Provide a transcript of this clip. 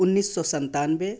انیس سو ستانوے